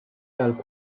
għall